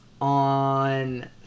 on